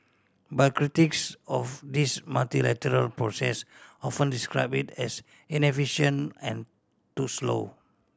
but critics of this multilateral process often describe it as inefficient and too slow